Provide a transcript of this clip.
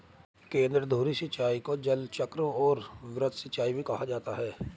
केंद्रधुरी सिंचाई को जलचक्र और वृत्त सिंचाई भी कहा जाता है